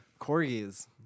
Corgis